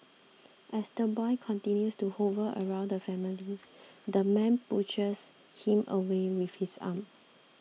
as the boy continues to hover around the family the man pushes him away with his arm